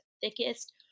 thickest